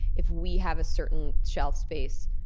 if we have a certain shelf space,